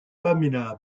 pamela